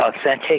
authentic